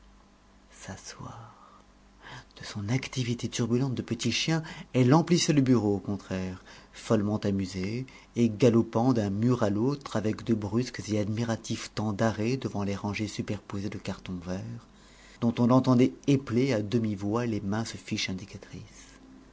s'asseoir de son activité turbulente de petit chien elle emplissait le bureau au contraire follement amusée et galopant d'un mur à l'autre avec de brusques et admiratifs temps d'arrêt devant les rangées superposées de cartons verts dont on l'entendait épeler à demi-voix les minces fiches